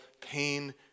pain